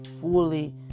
fully